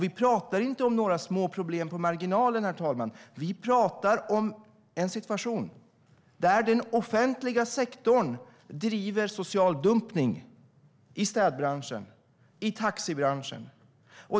Vi pratar inte om några små problem på marginalen, herr talman, utan vi pratar om en situation där den offentliga sektorn bedriver social dumpning i städbranschen, i taxibranschen.